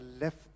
left